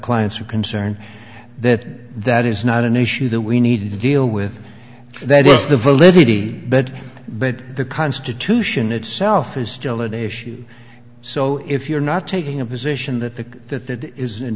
clients are concerned that that is not an issue that we need to deal with that is the valente bed but the constitution itself is still a day issue so if you're not taking a position that the that that is an